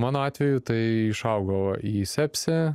a mano atveju tai išaugo į sepsį